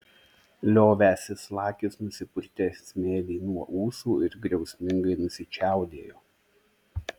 liovęsis lakis nusipurtė smėlį nuo ūsų ir griausmingai nusičiaudėjo